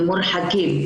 המורחקים.